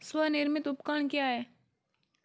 स्वनिर्मित उपकरण क्या है?